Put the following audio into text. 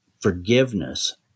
forgiveness